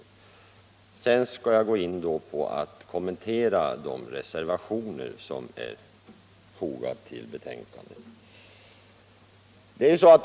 Därefter skall jag övergå till att kommentera de reservationer som är fogade till betänkandet.